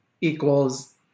equals